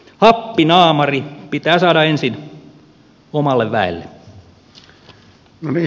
happinaamari pitää saada ensin omalle väelle